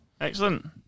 Excellent